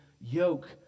yoke